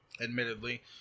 admittedly